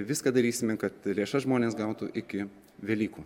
viską darysime kad lėšas žmonės gautų iki velykų